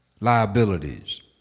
liabilities